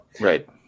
Right